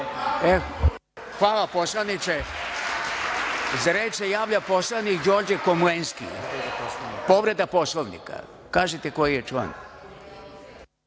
Hvala, poslaniče.Za reč se javio poslanik Đorđe Komlenski, povreda Poslovnika. Recite koji je član.